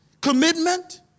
commitment